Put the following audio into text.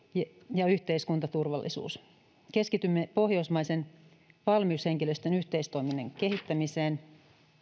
ja yhteiskuntaturvallisuus keskitymme pohjoismaisen valmiushenkilöstön yhteistoiminnan kehittämiseen